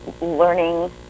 Learning